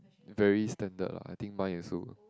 very standard lah I think mine also